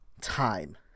time